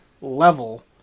level